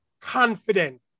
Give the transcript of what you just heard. confident